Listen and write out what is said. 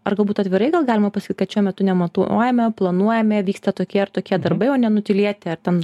ar galbūt atvirai galima pasakyt kad šiuo metu nematuojame planuojame vyksta tokie ir tokie darbai o nenutylėti ar ten